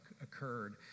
occurred